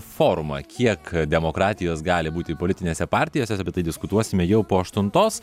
forumą kiek demokratijos gali būti politinėse partijose apie tai diskutuosime jau po aštuntos